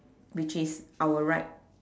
which is our right